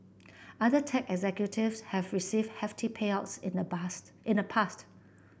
other tech executives have received hefty payouts in the bast in the past